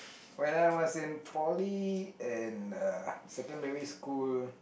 when I was in poly in a secondary school